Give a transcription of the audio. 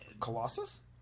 Colossus